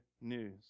news